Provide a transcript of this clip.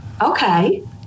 okay